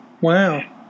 Wow